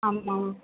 ஆமாம்